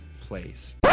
place